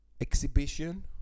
exhibition